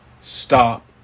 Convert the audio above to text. stop